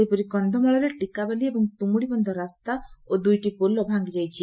ସେହିପରି କନ୍ଧମାଳରେ ଟିକାବାଲି ଏବଂ ତୁମୁଡ଼ିବନ୍ଧ ରାସ୍ତା ଓ ଦୁଇଟି ପୋଲ ଭାଙ୍ଗି ଯାଇଛି